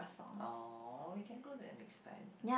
[aw] we can go there next time